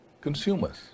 consumers